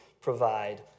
provide